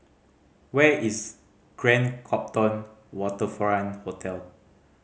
where is Grand Copthorne Waterfront Hotel